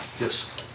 Yes